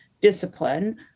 discipline